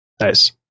Nice